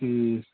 ٹھیٖک